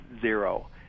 zero